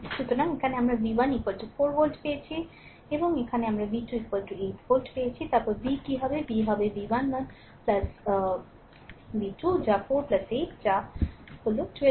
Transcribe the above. সুতরাং এখানে আমরা v 1 4 ভোল্ট পেয়েছি এবং এখানে আমরা v 2 8 ভোল্ট পেয়েছি তারপর v কি হবে v হবে v 1 v 2 যা 4 8 যা 12 ভোল্ট